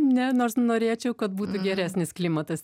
ne nors norėčiau kad būtų geresnis klimatas